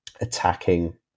attacking